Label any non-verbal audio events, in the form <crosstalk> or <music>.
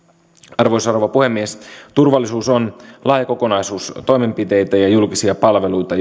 arvoisa rouva puhemies turvallisuus on laaja kokonaisuus toimenpiteitä ja julkisia palveluita <unintelligible>